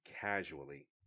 casually